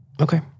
Okay